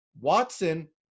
Watson